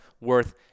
worth